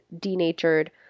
denatured